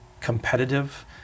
competitive